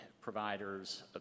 providers